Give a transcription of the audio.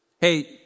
Hey